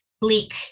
bleak